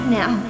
now